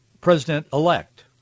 president-elect